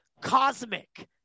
cosmic